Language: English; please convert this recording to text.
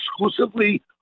exclusively